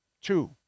two